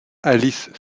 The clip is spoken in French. alice